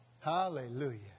Hallelujah